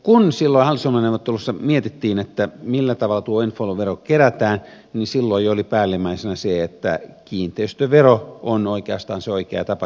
kun silloin hallitusohjelmaneuvotteluissa mietittiin millä tavalla tuo windfall vero kerätään niin silloin jo oli päällimmäisenä se että kiinteistövero on oikeastaan se oikea tapa kerätä tuo vero